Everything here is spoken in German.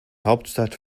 hauptstadt